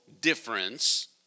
difference